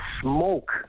smoke